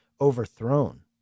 overthrown